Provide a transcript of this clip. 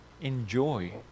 enjoy